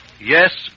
Yes